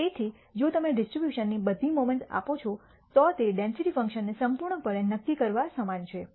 તેથી જો તમે ડિસ્ટ્રીબ્યુશન ની બધી મોમેન્ટ્સ આપો છો તો તે ડેન્સિટી ફંકશનને સંપૂર્ણપણે નક્કી કરવા સમાન છે